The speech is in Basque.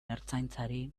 ertzaintzari